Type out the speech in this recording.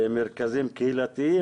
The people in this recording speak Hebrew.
האם במרכזים קהילתיים?